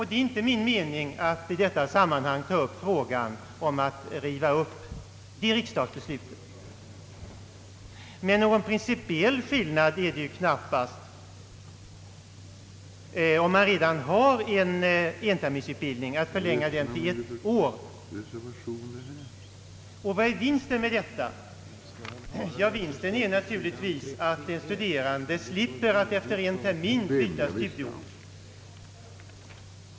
Det är inte min mening att i detta sammanhang ta upp frågan om att riva upp det riksdagsbeslutet. Men någon principiell skillnad är det ju knappast fråga om därest utbildningen förlänges till ett år, om det redan finns en enterminsutbildning. Vad är vinsten med denna förlängning? Jo, vinsten blir naturligtvis att de studerande slipper att efter en termin byta studieort.